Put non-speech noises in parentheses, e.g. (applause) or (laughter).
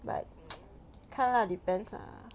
but (noise) 看 lah depends lah